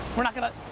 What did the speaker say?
we're not going to,